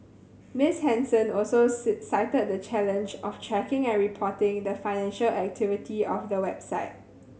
Miss Henson also cited the challenge of tracking and reporting the financial activity of the website